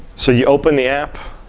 so you open the app,